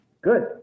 good